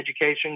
education